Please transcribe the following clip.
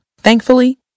Thankfully